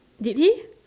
did it